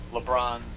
LeBron